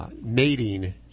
Mating